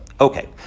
Okay